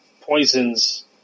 poisons